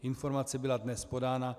Informace byla dnes podána.